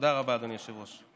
תודה רבה, אדוני היושב-ראש.